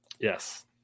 Yes